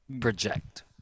project